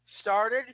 Started